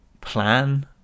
plan